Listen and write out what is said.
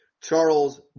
Charles